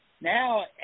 Now